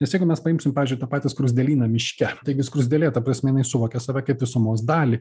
nes jeigu mes paimsim pavyzdžiui tą patį skruzdėlyną miške taigi skruzdėlė ta prasme jinai suvokia save kaip visumos dalį